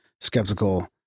skeptical